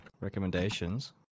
recommendations